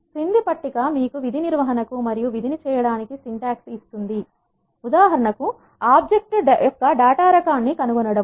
క్రింది పట్టిక మీకు విధి నిర్వహణ కు మరియు విధిని చేయడానికి సింటాక్స్ ఇస్తుంది ఉదాహరణకు ఆబ్జెక్ట్ యొక్క డేటా రకాన్ని కనుగొనడం